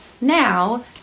now